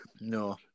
No